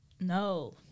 No